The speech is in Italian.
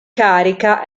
carica